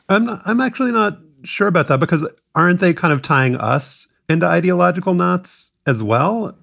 and i'm actually not sure about that because aren't they kind of tying us into ideological knots as well? and